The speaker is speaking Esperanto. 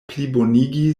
plibonigi